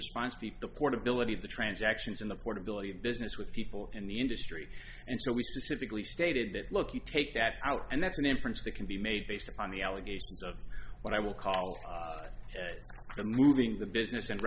response before the portability of the transactions in the portability of business with people in the industry and so we specifically stated that look you take that out and that's an inference that can be made based upon the allegations of what i will call the moving the business and